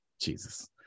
Jesus